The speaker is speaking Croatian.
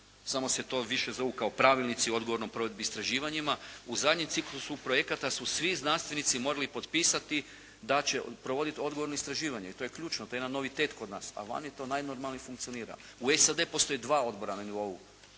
samo se to više zovu kao pravilnici odgovorni provedbenim istraživanjima u zajednici u … /Govornik se ne razumije./… projekata su svi znanstvenici morali potpisati da će provoditi odgovorno istraživanje. I to je ključno. To je jedan novitet kod nas, a vani to najnormalnije funkcionira. U SAD postoje dva odbora na nivou